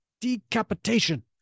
Decapitation